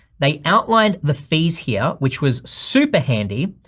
they outlined the phase here, which was super handy.